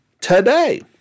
Today